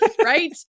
right